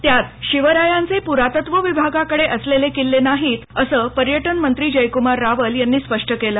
त्यात शिवरायांचे पुरातत्व विभागाकडे असलेले किल्ले नाहीत असं पर्यटन मंत्री जयकुमार रावल यांनी स्पष्ट केलं